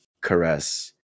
caress